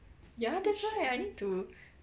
ya that's why I need to